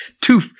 two-